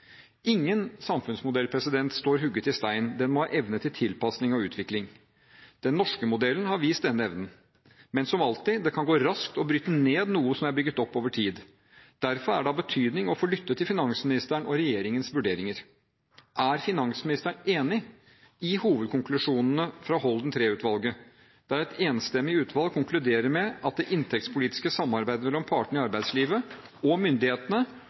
Ingen samfunnsmodell står hugget i stein. Den må ha evne til tilpasning og utvikling. Den norske modellen har vist denne evnen. Men som alltid – det kan gå raskt å bryte ned noe som er bygget opp over tid. Derfor er det av betydning å få lytte til finansministeren og regjeringens vurderinger. Er finansministeren enig i hovedkonklusjonene fra Holden III-utvalget, der et enstemmig utvalg konkluderer med at det inntektspolitiske samarbeidet mellom partene i arbeidslivet og myndighetene